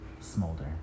Smolder